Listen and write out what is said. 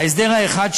ההסדר האחד,